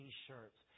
T-shirts